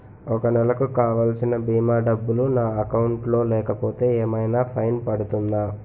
ఒక నెలకు కావాల్సిన భీమా డబ్బులు నా అకౌంట్ లో లేకపోతే ఏమైనా ఫైన్ పడుతుందా?